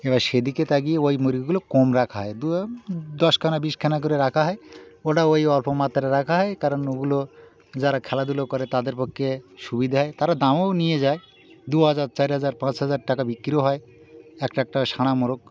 এবার সেদিকে তাকিয়ে ওই মুরগিগুলো কম রাখা হয় দু দশখানা বিশখানা করে রাখা হয় ওটা ওই অল্প মাত্রায় রাখা হয় কারণ ওগুলো যারা খেলাধুলো করে তাদের পক্ষে সুবিধে হয় তারা দামও নিয়ে যায় দু হাজার চার হাজার পাঁচ হাজার টাকা বিক্রিও হয় একটা একটা সানা মোরগ